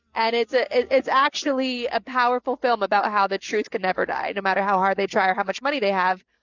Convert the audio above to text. and it's a, it's actually a powerful film about how the truth can never die no matter how hard they try or how much money they have.